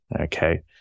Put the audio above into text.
Okay